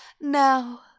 Now